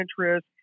interest